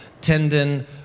tendon